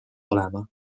olema